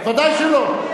ודאי שלא.